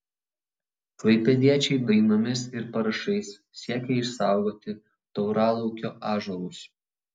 klaipėdiečiai dainomis ir parašais siekia išsaugoti tauralaukio ąžuolus